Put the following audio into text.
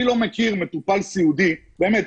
אני לא מכיר מטופל סיעודי - באמת,